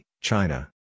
China